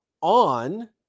On